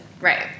right